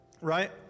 right